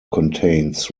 contains